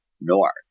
north